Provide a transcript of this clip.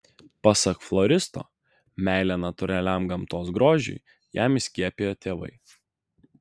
pasak floristo meilę natūraliam gamtos grožiui jam įskiepijo tėvai